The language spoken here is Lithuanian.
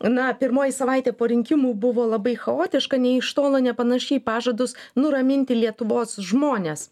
na pirmoji savaitė po rinkimų buvo labai chaotiška nė iš tolo nepanaši į pažadus nuraminti lietuvos žmones